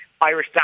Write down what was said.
Irish